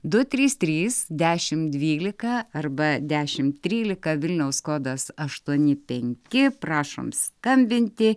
du trys trys dešim dvylika arba dešim trylika vilniaus kodas aštuoni penki prašom skambinti